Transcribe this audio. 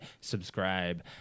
subscribe